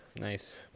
Nice